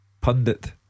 Pundit